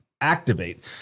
activate